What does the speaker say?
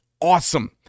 Awesome